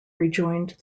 rejoined